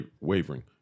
wavering